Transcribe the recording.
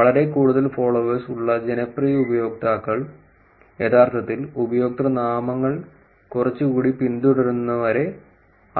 വളരെ കൂടുതൽ ഫോളോവേഴ്സ് ഉള്ള ജനപ്രിയ ഉപയോക്താക്കൾ യഥാർത്ഥത്തിൽ ഉപയോക്തൃനാമങ്ങൾ കുറച്ചുകൂടി പിന്തുടരുന്നവരെ